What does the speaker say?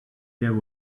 there